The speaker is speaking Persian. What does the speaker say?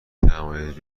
توانید